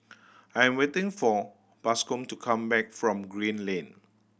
I'm waiting for Bascom to come back from Green Lane